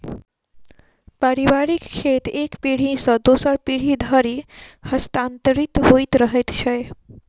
पारिवारिक खेत एक पीढ़ी सॅ दोसर पीढ़ी धरि हस्तांतरित होइत रहैत छै